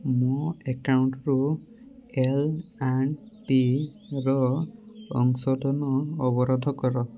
ମୋ ଆକାଉଣ୍ଟରୁ L and ଟିର ଅଂଶଧନ ଅବରୋଧ କର